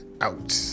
out